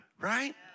right